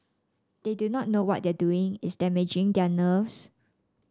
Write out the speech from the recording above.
they do not know what they are doing is damaging their nerves